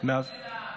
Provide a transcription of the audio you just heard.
-- תפנה לכתובים.